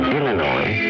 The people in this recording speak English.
Illinois